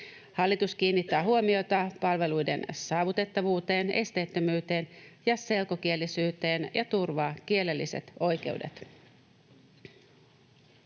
Hallitus kiinnittää huomiota palveluiden saavutettavuuteen, esteettömyyteen ja selkokielisyyteen ja turvaa kielelliset oikeudet.